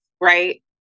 right